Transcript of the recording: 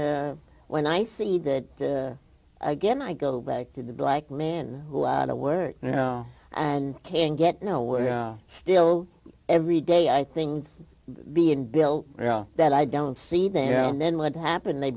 and when i see that again i go back to the black man who out of work now and can't get no where still every day i things being built now that i don't see them and then what happened they